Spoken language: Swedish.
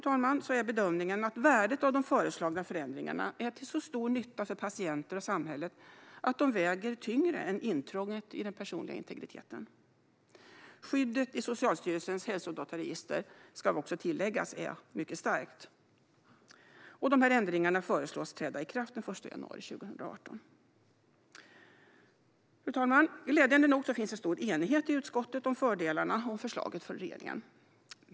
Sammantaget är bedömningen att värdet av de föreslagna förändringarna är till så stor nytta för patienter och samhället att de väger tyngre än intrånget i den personliga integriteten. Skyddet i Socialstyrelsens hälsodataregister, ska tilläggas, är också mycket starkt. Ändringarna föreslås träda i kraft den 1 januari 2018. Fru talman! Glädjande nog finns en stor enighet i utskottet om fördelarna i förslaget från regeringen.